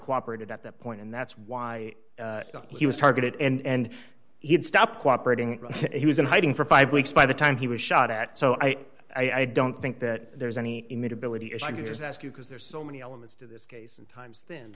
cooperated at that point and that's why he was targeted and he had stopped cooperating he was in hiding for five weeks by the time he was shot at so i i don't think that there's any image ability if i can just ask you because there's so many elements to this case and times then